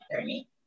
journey